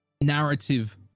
narrative